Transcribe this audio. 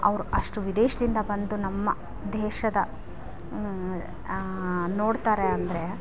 ಅವ್ರು ಅಷ್ಟು ವಿದೇಶದಿಂದ ಬಂದು ನಮ್ಮ ದೇಶದ ನೋಡ್ತಾರೆ ಅಂದರೆ